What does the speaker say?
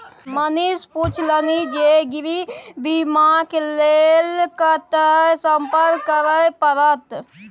मनीष पुछलनि जे गृह बीमाक लेल कतय संपर्क करय परत?